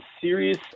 serious